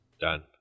Done